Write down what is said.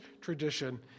tradition